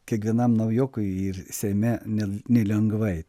kiekvienam naujokui ir seime ne nelengvai